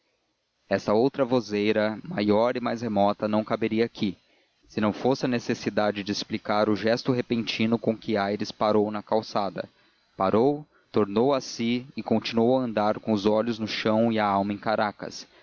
essa outra vozeria maior e mais remota não caberia aqui se não fosse a necessidade de explicar o gesto repentino com que aires parou na calçada parou tornou a si e continuou a andar com os olhos no chão e a alma em caracas